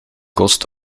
kost